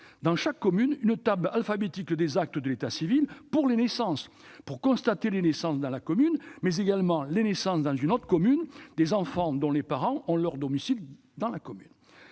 dans chaque commune, une table alphabétique des actes de l'état civil pour les naissances dans la commune, mais également pour les naissances dans une autre commune d'enfants dont les parents sont domiciliés dans la commune.